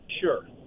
Sure